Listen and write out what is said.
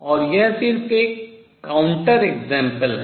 और यह सिर्फ एक काउंटर उदाहरण है